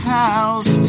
house